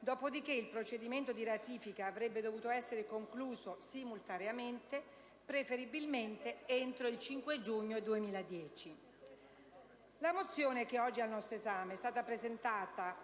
dopodiché il procedimento di ratifica avrebbe dovuto essere concluso simultaneamente, preferibilmente entro il 5 giugno 2010. La mozione oggi al nostro esame è stata